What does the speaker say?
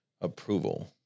approval